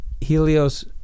Helios